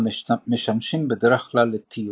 המשמשים בדרך כלל לתיור.